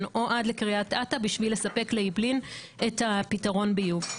או עד לקריית אתא בשביל לספק לעיבלין את פתרון הביוב.